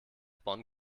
bonn